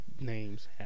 names